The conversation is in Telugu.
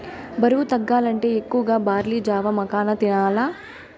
బరువు తగ్గాలంటే ఎక్కువగా బార్లీ జావ, మకాన తినాల్ల